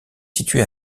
situé